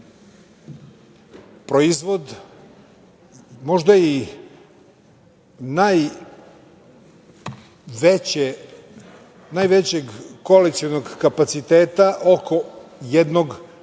proizvod, možda i najvećeg koalicionog kapaciteta oko jednog akta,